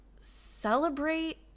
celebrate